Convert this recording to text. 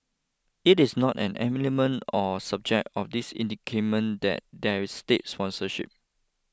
it is not an element or subject of this indictment that there is state sponsorship